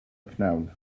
prynhawn